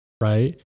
right